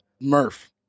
Murph